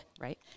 Right